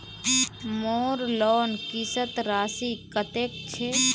मोर लोन किस्त राशि कतेक छे?